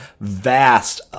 vast